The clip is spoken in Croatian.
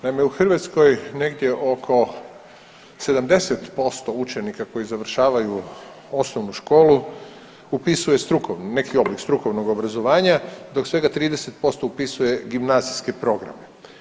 Naime u Hrvatskoj negdje oko 70% učenika koji završavaju osnovnu školu upisuje strukovnu, neki oblik strukovnog obrazovanja, dok svega 30% upisuje gimnazijske programe.